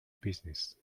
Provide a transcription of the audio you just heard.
business